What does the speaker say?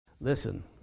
Listen